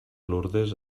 lourdes